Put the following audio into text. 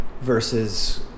versus